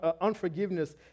unforgiveness